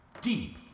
Deep